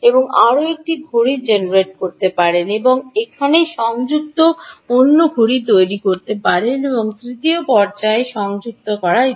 আরও একটি ঘড়ি জেনারেট করে এবং এখানে সংযুক্ত অন্য ঘড়ি তৈরি করতে এবং তৃতীয় পর্যায়ে সংযুক্ত করা ইত্যাদি